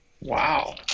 Wow